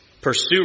Pursue